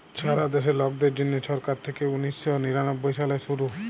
ছারা দ্যাশে লকদের জ্যনহে ছরকার থ্যাইকে উনিশ শ নিরানব্বই সালে শুরু